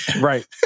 Right